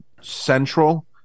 central